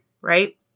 right